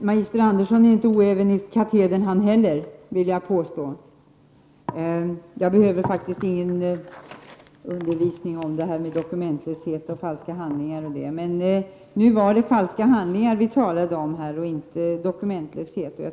Herr talman! Jag vill påstå att inte heller magister Andersson är oäven i katedern. Jag behöver faktiskt ingen undervisning om dokumentlöshet, falska handlingar osv., men nu var det falska handlingar som vi talade om, inte om dokumentlöshet.